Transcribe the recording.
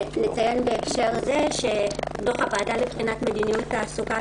נציין בהקשר הזה שדוח הוועדה לבחינת מדיניות תעסוקה,